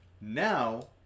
Now